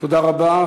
תודה רבה.